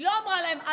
אמרו להם: